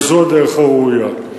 וזו הדרך הראויה.